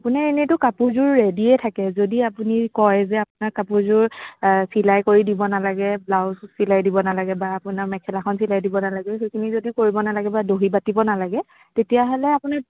আপোনাৰ এনেইতো কাপোৰযোৰ ৰেডীয়ে থাকে যদি আপুনি কয় যে আপোনাৰ কাপোৰযোৰ চিলাই কৰি দিব নালাগে ব্লাউজো চিলাই দিব নালাগে বা আপোনাৰ মেখেলাখন চিলাই দিব নালাগে সেইখিনি যদি কৰিব নালাগে বা দহি বাটিব নালাগে তেতিয়া হ'লে আপুনি